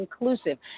inclusive